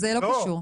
זה לא קשור.